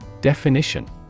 Definition